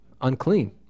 Unclean